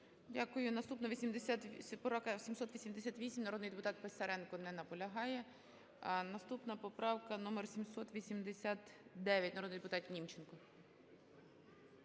Наступна поправка - номер 786. Народний депутат Німченко,